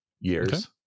years